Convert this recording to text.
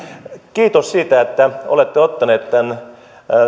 kiitos siitä että olette ottaneet tämän